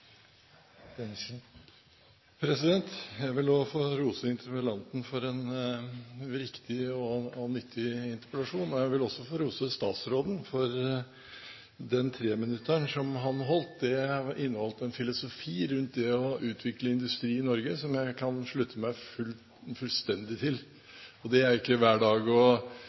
Jeg vil også rose interpellanten for en riktig og nyttig interpellasjon. Jeg vil også rose statsråden for den 3-minutteren han holdt. Den inneholdt en filosofi rundt det å utvikle industri i Norge, som jeg kan slutte meg fullstendig til, og det er ikke hver dag. Det eneste man da kan uttrykke, for å